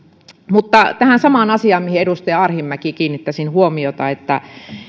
mutta tähän samaan asiaan kuin edustaja arhinmäki kiinnittäisin huomiota